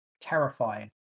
terrifying